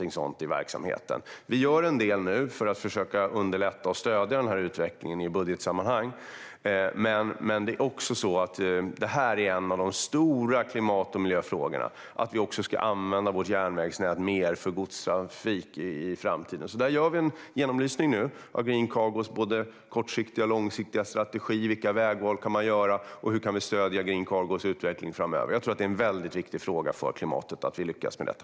Nu gör vi en del i budgetsammanhang för att underlätta och stödja en bättre utveckling, för en av de stora klimat och miljöfrågorna är att vi i framtiden ska använda vårt järnvägsnät mer för godstrafik. Vi gör en genomlysning av Green Cargos både kortsiktiga och långsiktiga strategi, av vilka vägval man kan göra och hur vi kan stödja Green Cargos utveckling framöver. Det är viktigt för klimatet att vi lyckas med detta.